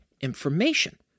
information